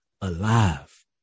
alive